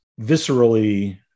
viscerally